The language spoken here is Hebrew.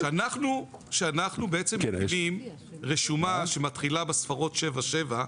שאנחנו בעצם נותנים רשימה שמתחילה בספרות 77,